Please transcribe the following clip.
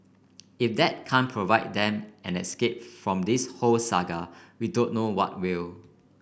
if that can't provide them an escape from this whole saga we don't know what will